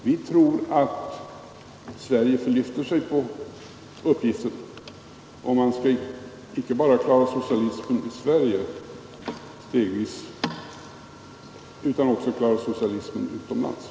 Vi tror att Sverige förlyfter sig på uppgiften, om man inte bara skall klara socialismen i Sverige utan också klara socialismen utomlands.